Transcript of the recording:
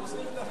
נגד.